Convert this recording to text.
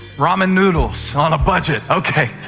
ramen noodles. on a budget. okay.